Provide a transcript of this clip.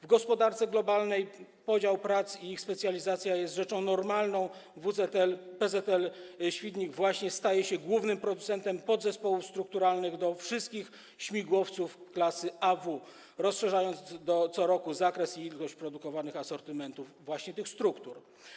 W gospodarce globalnej podział prac i ich specjalizacja są rzeczą normalną, a PZL-Świdnik właśnie staje się głównym producentem zespołów strukturalnych do wszystkich śmigłowców klasy AW, rozszerzając co roku zakres i ilość produkowanego asortymentu tych struktur.